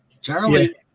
Charlie